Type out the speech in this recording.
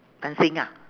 dancing ah